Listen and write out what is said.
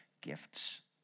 gifts